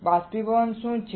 બાષ્પીભવન શું છે